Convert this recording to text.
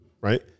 right